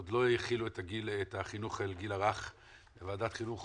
עוד לא החילו את החינוך לגיל הרך וועדת החינוך